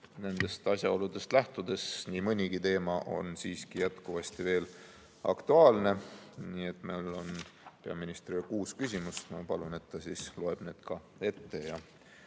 Nendest asjaoludest lähtudes on nii mõnigi teema siiski jätkuvasti veel aktuaalne. Meil on peaministrile kuus küsimust. Ma palun, et ta loeks need ette